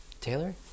Taylor